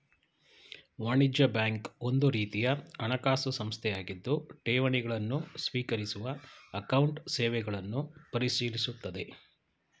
ವಾಣಿಜ್ಯ ಬ್ಯಾಂಕ್ ಒಂದುರೀತಿಯ ಹಣಕಾಸು ಸಂಸ್ಥೆಯಾಗಿದ್ದು ಠೇವಣಿ ಗಳನ್ನು ಸ್ವೀಕರಿಸುವ ಅಕೌಂಟ್ ಸೇವೆಗಳನ್ನು ಪರಿಶೀಲಿಸುತ್ತದೆ